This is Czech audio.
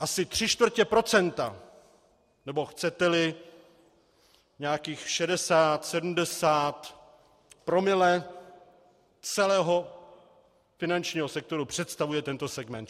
Asi 3/4 procenta, nebo chceteli nějakých 6070 promile celého finančního sektoru představuje tento segment.